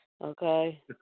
Okay